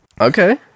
Okay